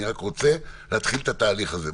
אני רוצה להתחיל את התהליך הזה.